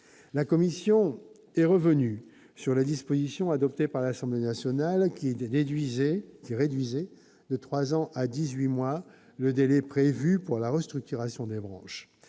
La commission est revenue sur la disposition adoptée par l'Assemblée nationale qui réduisait de trois ans à dix-huit mois le délai prévu pour la restructuration des branches.